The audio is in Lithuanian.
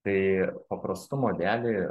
tai paprastumo dėlei